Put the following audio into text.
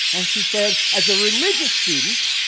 and she said, as a religious student,